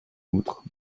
outre